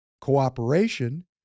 cooperation